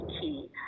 key